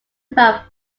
about